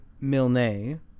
Milne